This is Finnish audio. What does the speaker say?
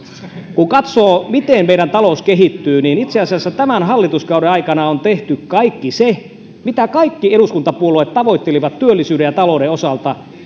kun katsoo miten meidän talous kehittyy niin itse asiassa tämän hallituskauden aikana on tehty kaikki se mitä kaikki eduskuntapuolueet tavoittelivat työllisyyden ja talouden osalta